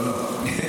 סליחה.